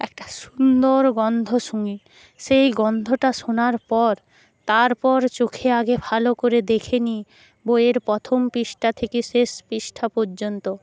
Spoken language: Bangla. একটা সুন্দর গন্ধ শুঁকি সেই গন্ধটা শোঁকার পর তারপর চোখে আগে ভালো করে দেখে নিই বইয়ের প্রথম পৃষ্ঠা থেকে শেষ পৃষ্ঠা পর্যন্ত